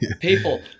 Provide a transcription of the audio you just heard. People